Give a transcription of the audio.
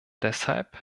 deshalb